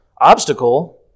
obstacle